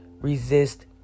resist